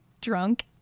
drunk